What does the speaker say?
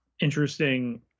interesting